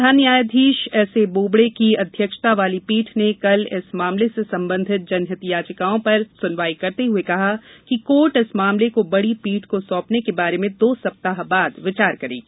प्रधान न्यायाधीश एसए बोबडे की अध्यक्षता वाली पीठ ने कल इस मामले से संबंधित जनहित याचिकाओं पर सुनवाई करते हुए कहा कि कोर्ट इस मामले को बड़ी पीठ को सौंपने के बारे में दो सप्ताह बाद विचार करेगा